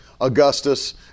Augustus